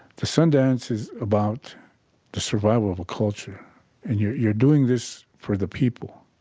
the sun dance is about the survival of a culture and you're you're doing this for the people.